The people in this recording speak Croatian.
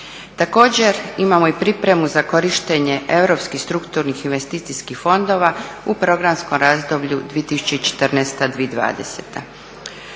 Također, imamo i pripremu za korištenje europskih, strukturnih, investicijskih fondova u programskom razdoblju 2014. – 2020.